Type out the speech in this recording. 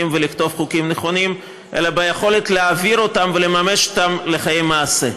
ולכתוב חוקים נכונים אלא ביכולת להעביר אותם ולממש אותם בחיי מעשה.